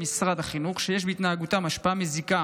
משרד החינוך שיש בהתנהגותם השפעה מזיקה